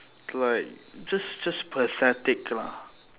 like just just pathetic lah